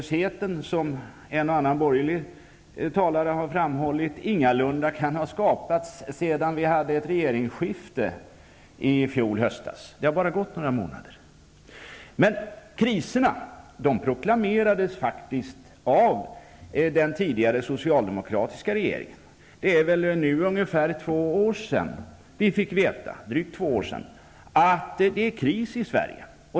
Som en och annan borgerlig talare framhållit är ju arbetslösheten ingalunda något som skapats sedan vi hade regeringsskifte i fjol höstas. Det har ju bara gått några månader. Men kriserna proklamerades faktiskt av den tidigare socialdemokratiska regeringen. Det är nu drygt två år sedan vi fick veta att det var kris i Sverige.